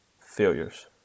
failures